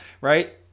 right